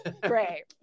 great